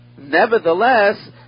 Nevertheless